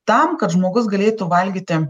tam kad žmogus galėtų valgyti